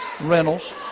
Reynolds